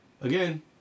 Again